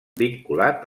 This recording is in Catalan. vinculat